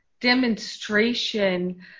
demonstration